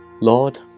Lord